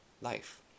life